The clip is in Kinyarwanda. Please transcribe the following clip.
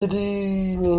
y’abaminisitiri